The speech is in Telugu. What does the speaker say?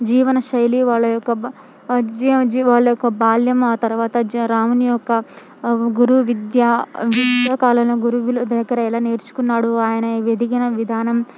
జీవనశైలి వాళ్ళ యొక్క వాళ్ళ యొక్క బాల్యం ఆ తర్వాత రాముని యొక్క గురువు విద్య విద్యాకాలంలో గురువుల దగ్గర ఎలా నేర్చుకున్నాడు ఆయన ఎదిగిన విధానం